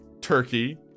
turkey